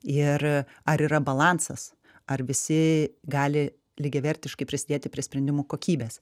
ir ar yra balansas ar visi gali lygiavertiškai prisidėti prie sprendimų kokybės